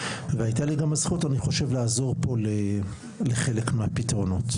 והייתה לי גם הזכות אני חושב לעזור פה לחלק מהפתרונות.